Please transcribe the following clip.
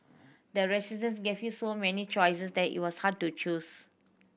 the gave you so many choices that it was hard to choose